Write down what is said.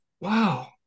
Wow